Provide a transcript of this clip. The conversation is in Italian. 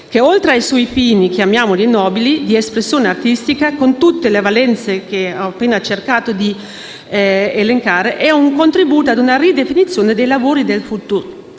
che, oltre ai suoi fini - chiamiamoli nobili - di espressione artistica, con tutte le valenze che ho cercato di elencare, è un contributo a una ridefinizione dei lavori del futuro.